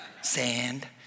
Sand